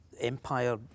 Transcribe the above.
empire